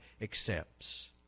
accepts